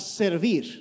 servir